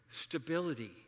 Stability